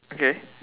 okay